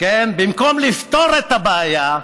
במקום לפתור את הבעיה,